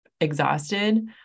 exhausted